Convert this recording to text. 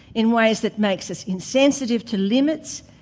in ways that makes us insensitive to limits,